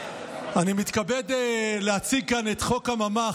אני מתכבד להציג כאן לפניכם את חוק הממ"ח,